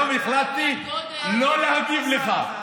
היום החלטתי לא להגיב לך.